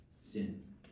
sin